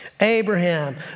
Abraham